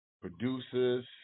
producers